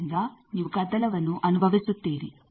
ಆದ್ದರಿಂದ ನೀವು ಗದ್ದಲವನ್ನು ಅನುಭವಿಸುತ್ತೀರಿ